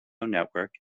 network